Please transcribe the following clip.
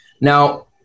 Now